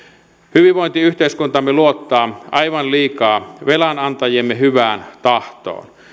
hyvinvointiyhteiskuntamme luottaa aivan liikaa velanantajiemme hyvään tahtoon